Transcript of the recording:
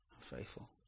faithful